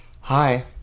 Hi